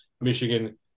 Michigan